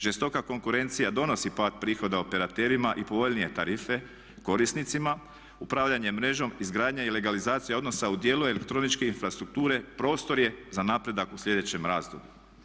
Žestoka konkurencija donosi pad prihoda operaterima i povoljnije tarife korisnicima, upravljanje mrežom, izgradnja i legalizacija odnosa u dijelu elektroničke infrastrukture prostor je za napredak u sljedećem razdoblju.